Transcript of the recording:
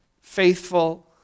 faithful